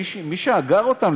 מי שאגר אותם,